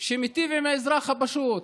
שמיטיב עם האזרח הפשוט,